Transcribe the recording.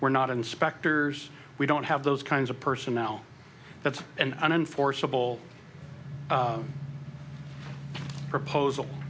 we're not inspectors we don't have those kinds of personnel that's an unenforceable proposal